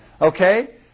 Okay